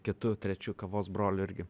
kitu trečiu kavos broliu irgi